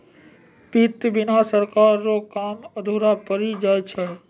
वित्त बिना सरकार रो काम अधुरा पड़ी जाय छै